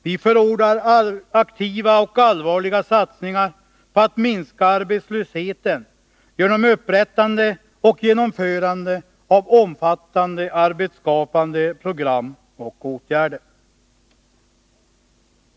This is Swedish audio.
Vi förordar aktiva och allvarliga satsningar på att minska arbetslösheten genom upprättande och genomförande av omfattande arbetsskapande program och åtgärder.